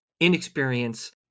inexperience